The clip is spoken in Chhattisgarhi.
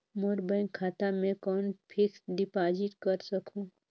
मोर बैंक खाता मे कौन फिक्स्ड डिपॉजिट कर सकहुं?